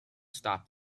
stop